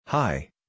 Hi